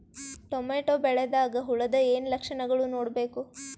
Tomato ಬೆಳಿದಾಗ್ ಹುಳದ ಏನ್ ಲಕ್ಷಣಗಳು ನೋಡ್ಬೇಕು?